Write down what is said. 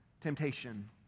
Temptation